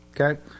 okay